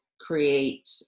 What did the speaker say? create